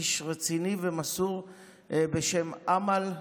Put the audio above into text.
איש רציני ומסור בשם אמל,